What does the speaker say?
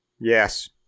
Yes